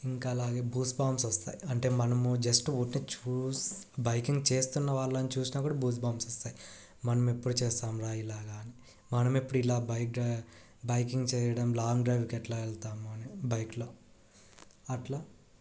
ఇంకా అలాగే గూస్బంప్స్ వస్తాయి అంటే మనము జస్ట్ వట్టి చూస్ బైకింగ్ చేస్తున్న వాళ్ళని చూస్తున్నప్పుడు గూస్బంప్స్ వస్తాయి మనం ఎప్పుడు చేస్తాం రా ఇలాగా మనం ఎప్పుడు ఇలా బైక్ డ్రై బైకింగ్ చేయడం లాంగ్ డ్రైవ్కి ఎట్లా ఎళతాం అని బైక్లో అట్లా